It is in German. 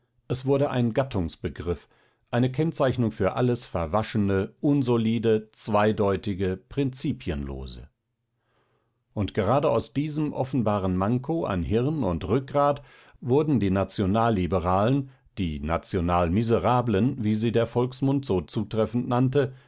es wurde ein gattungsbegriff eine kennzeichnung für alles verwaschene unsolide zweideutige prinzipienlose und gerade aus diesem offenbaren manko an hirn und rückgrat wurden die nationalliberalen die nationalmiserablen wie sie der volksmund so sehr zutreffend nannte